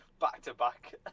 Back-to-back